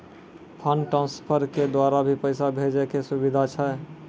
Fund transfer के द्वारा भी पैसा भेजै के सुविधा छै?